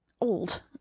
old